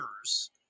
years